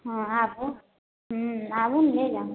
हँ आब पूछू हुँ आगू हम नहि जानै